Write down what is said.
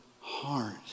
heart